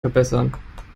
verbessern